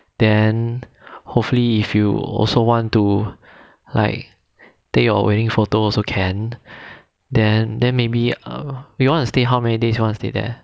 then hopefully if you also want to like take your wedding photo also can then then maybe err we want to stay how many days you wanna stay there